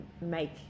make